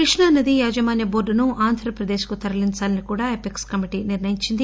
కృష్ణా నదీ యాజమాన్న బోర్టును ఆంధ్రప్రదేశ్ కు తరలించాలని కూడా ఎపెక్స్ కమిటీ నిర్ణయించింది